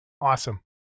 Awesome